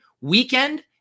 weekend